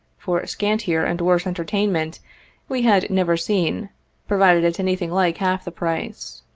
for scantier and worse entertainment we had never seen provided at anything like half the price.